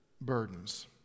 burdens